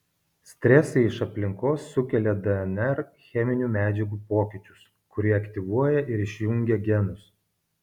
stresai iš aplinkos sukelia dnr cheminių medžiagų pokyčius kurie aktyvuoja ir išjungia genus